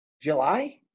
July